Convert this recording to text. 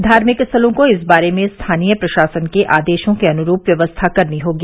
धार्मिक स्थलों को इस बारे में स्थानीय प्रशासन के आदेशों के अनुरूप व्यवस्था करनी होगी